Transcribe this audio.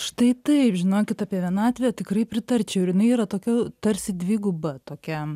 štai taip žinokit apie vienatvę tikrai pritarčiau ir jinai yra tokia tarsi dviguba tokia